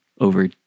over